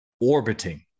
orbiting